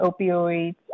opioids